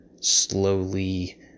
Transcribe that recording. slowly